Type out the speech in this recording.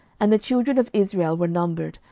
and the children of israel were numbered,